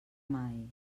mai